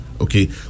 Okay